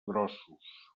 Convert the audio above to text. grossos